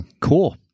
cool